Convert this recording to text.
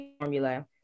formula